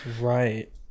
Right